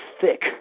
thick